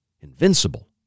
invincible